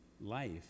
life